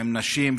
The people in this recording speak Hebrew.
עם נשים,